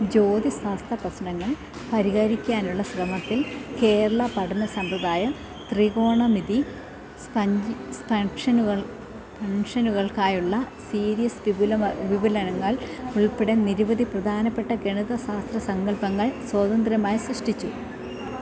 ജ്യോതിശാസ്ത്ര പ്രശ്നങ്ങൾ പരിഹരിക്കാനുള്ള ശ്രമത്തിൽ കേരള പഠന സമ്പ്രദായം ത്രികോണമിതി സ്പാങ് സ്പാങ്ഷനുകൾ ഫങ്ഷനുകള്ക്കായുള്ള സീരീസ് വിപുല വിപുലനങ്ങള് ഉള്പ്പടെ നിരവധി പ്രധാനപ്പെട്ട ഗണിതശാസ്ത്ര സങ്കല്പ്പങ്ങള് സ്വതന്ത്രമായി സൃഷ്ടിച്ചു